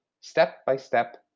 step-by-step